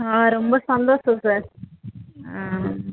ஆ ரொம்ப சந்தோஷம் சார் ஆ